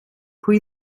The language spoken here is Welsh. pwy